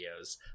videos